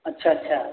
अच्छा अच्छा